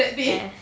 ya